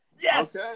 Yes